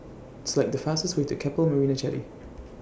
Select The fastest Way to Keppel Marina Jetty